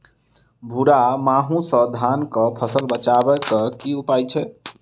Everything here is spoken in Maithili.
भूरा माहू सँ धान कऽ फसल बचाबै कऽ की उपाय छै?